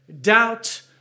doubt